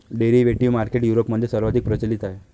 derivative market युरोपमध्ये सर्वाधिक प्रचलित आहे